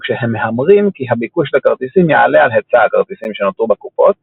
כשהם מהמרים כי הביקוש לכרטיסים יעלה על היצע הכרטיסים שנותרו בקופות